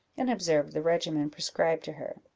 and observed the regimen prescribed to her.